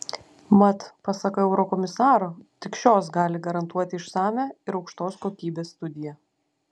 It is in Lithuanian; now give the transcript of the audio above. mat pasak eurokomisaro tik šios gali garantuoti išsamią ir aukštos kokybės studiją